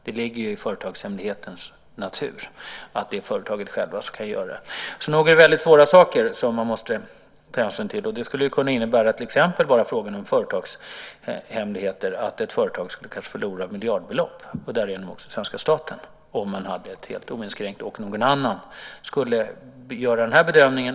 Det ligger ju i företagshemlighetens natur att det är företaget självt som gör det. Så nog är det svåra saker vi måste ta hänsyn till. Enbart frågan om företagshemligheter skulle till exempel kunna innebära att ett företag - och därigenom också svenska staten - kanske förlorar miljardbelopp, alltså om detta var helt oinskränkt och någon annan än företaget självt skulle göra bedömningen.